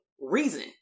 reason